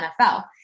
NFL